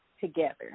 together